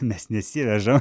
mes nesiveža